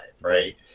right